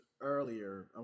earlier